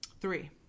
Three